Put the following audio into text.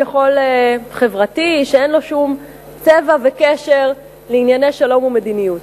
שאין לו שום צבע וקשר לענייני שלום ומדיניות.